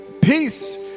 Peace